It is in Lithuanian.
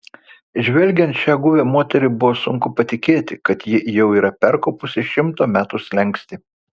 žvelgiant šią guvią moterį buvo sunku patikėti kad ji jau yra perkopusi šimto metų slenkstį